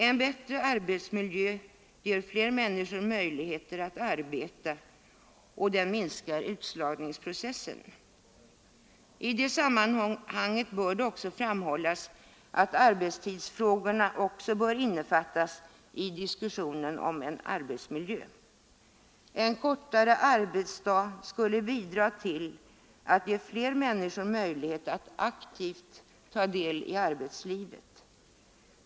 En bättre arbetsmiljö ger fler människor möjligheter att arbeta, och den minskar utslagningsprocessen. I det sammanhanget bör framhållas att arbetstidsfrågorna också bör innefattas i diskussionen om en arbetsmiljö. En kortare arbetsdag skulle bidra till att ge fler människor möjlighet att aktivt ta del i arbetslivet.